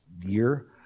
year